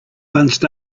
bunched